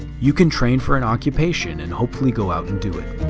you can train for an occupation and hopefully go out and do it.